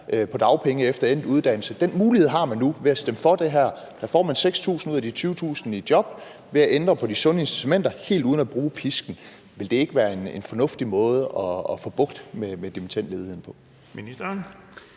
på dagpenge efter endt uddannelse. Den mulighed har man nu ved at stemme for det her – så får man 6.000 ud af de 20.000 i job ved at ændre på de sunde incitamenter helt uden at bruge pisken. Ville det ikke være en fornuftig måde at få bugt med dimittendledigheden på?